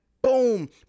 Boom